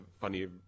funny